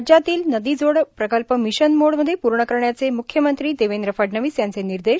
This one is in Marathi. राज्यातील नदीजोड प्रकल्प मिशन मोडमध्ये पूर्ण करण्याचे मुख्यमंत्री देवेंद्र फडणवीस यांचे निर्देश